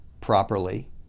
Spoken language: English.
properly